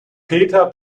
peter